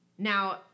Now